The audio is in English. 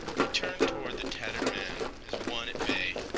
he turned toward the tattered man as one at bay.